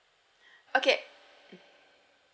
okay